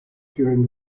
during